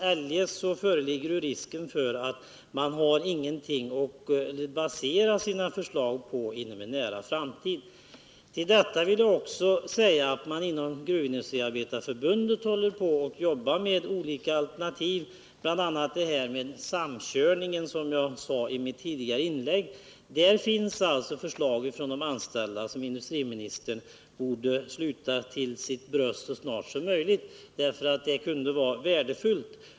Eljest föreligger risk för att man inom en nära framtid inte har någonting att basera sina förslag på. Dessutom jobbar man inom Gruvindustriarbetareförbundet med olika alternativ, bl.a. detta med samkörning, som jag nämnde i mitt tidigare inlägg. Det finns alltså förslag från de anställda som industriministern borde sluta till sitt bröst så snart som möjligt. De kan nämligen vara värdefulla.